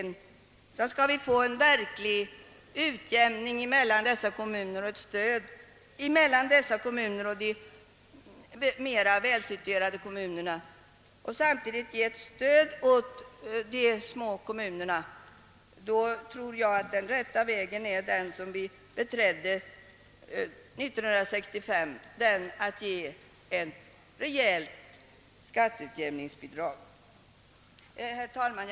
Skall vi få en verklig utjämning mellan dessa små kommuner och de mera välsituerade kommunerna tror jag att den rätta vägen är den som vi beträdde 1965, nämligen att ge ett rejält skatteutjämningsbidrag. Herr talman!